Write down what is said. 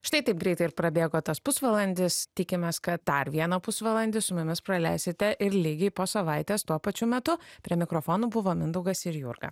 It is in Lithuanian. štai taip greitai ir prabėgo tas pusvalandis tikimės kad dar vieną pusvalandį su mumis praleisite ir lygiai po savaitės tuo pačiu metu prie mikrofonų buvo mindaugas ir jurga